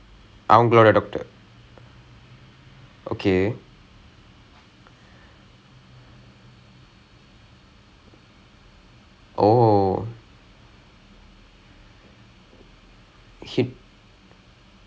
err he plays for them but he's also a physical trainer physiotherapist அதெல்லாம் கற்று முறையாக கற்றுக் கொண்டவர்ரூ:athellaam katru muraiyaaka katru kondavrru so he does that and so he's like and he does uh physical training for new zealand athletes